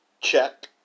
Check